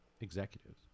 executives